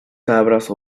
cabras